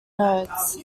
nodes